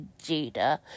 Jada